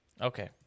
Okay